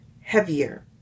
heavier